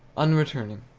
unreturning.